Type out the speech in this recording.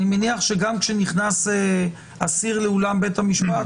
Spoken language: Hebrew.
אני מניח שגם כשנכנס אסיר לאולם בית המשפט,